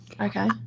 Okay